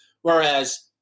Whereas